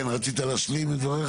כן, רצית להשלים את דבריך?